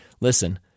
Listen